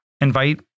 invite